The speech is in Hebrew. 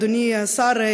אדוני השר,